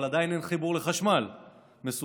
אבל עדיין אין חיבור לחשמל מסודר,